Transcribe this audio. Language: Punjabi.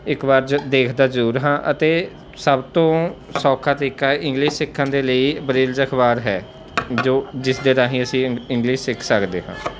ਇੱਕ ਵਾਰ ਜ ਦੇਖਦਾ ਜ਼ਰੂਰ ਹਾਂ ਅਤੇ ਸਭ ਤੋਂ ਸੌਖਾ ਤਰੀਕਾ ਇੰਗਲਿਸ਼ ਸਿੱਖਣ ਦੇ ਲਈ ਬ੍ਰਿਲਸ ਅਖ਼ਬਾਰ ਹੈ ਜੋ ਜਿਸ ਦੇ ਰਾਹੀਂ ਅਸੀਂ ਇੰਗ ਇੰਗਲਿਸ਼ ਸਿੱਖ ਸਕਦੇ ਹਾਂ